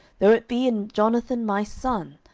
though it be in jonathan my son,